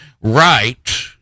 right